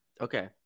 Okay